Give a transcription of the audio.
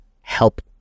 help